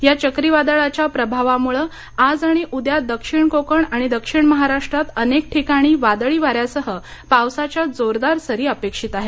या चक्रीवादळाच्या प्रभावामुळे आज आणि उद्या दक्षिण कोकण आणि दक्षिण महाराष्ट्रात अनेक ठिकाणी वादळी वाऱ्यासह पावसाच्या जोरदार सरी अपेक्षित आहेत